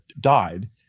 died